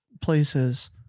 places